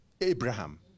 Abraham